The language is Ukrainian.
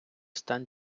стан